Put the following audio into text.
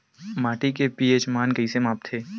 माटी के पी.एच मान कइसे मापथे?